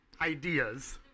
ideas